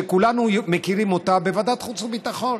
שכולנו מכירים אותה מוועדת החוץ הביטחון: